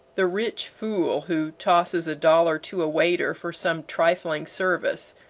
the rich fool who tosses a dollar to a waiter for some trifling service,